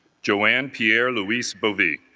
joanne pierre louis bovie